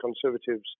Conservatives